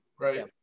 Right